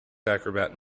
acrobat